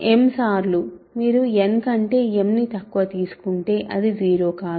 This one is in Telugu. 1m సార్లు మీరు n కంటే m ని తక్కువ తీసుకుంటే అది 0 కాదు